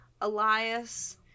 Elias